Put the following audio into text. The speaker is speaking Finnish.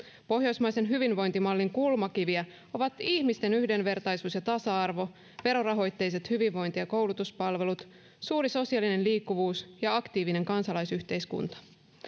pohjoismaisen hyvinvointimallin kulmakiviä ovat ihmisten yhdenvertaisuus ja tasa arvo verorahoitteiset hyvinvointi ja koulutuspalvelut suuri sosiaalinen liikkuvuus ja aktiivinen kansalaisyhteiskunta